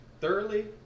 thoroughly